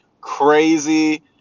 crazy